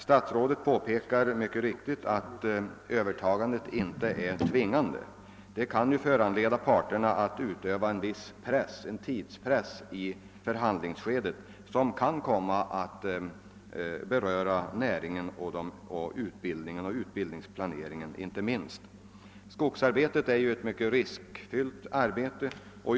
Statsrådet påpekar att övertagandet inte är tvingande, och det är riktigt. Detta kan föranleda och fresta parterna att utöva en viss tidspress i förhandlingarna som kan komma att menligt påverka näringen och utbildningen, inte minst utbildningsplaneringen. Skogsarbetet är ju ett mycket riskfyllt arbete.